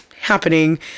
happening